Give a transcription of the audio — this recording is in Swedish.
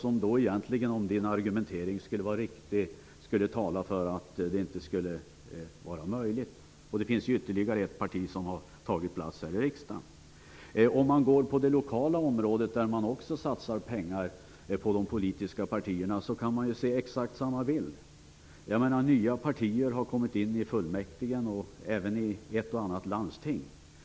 Om Ian Wachtmeisters argumentering vore riktig skulle det tala för att det inte skulle vara möjligt. Det finns ytterligare ett parti som har tagit plats här i riksdagen. Om man ser på det lokala området, där det också satsas pengar, kan man se exakt samma bild. Nya partier har kommit in i fullmäktige och även i ett och annat landsting.